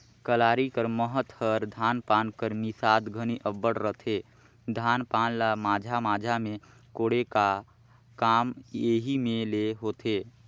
कलारी कर महत हर धान पान कर मिसात घनी अब्बड़ रहथे, धान पान ल माझा माझा मे कोड़े का काम एही मे ले होथे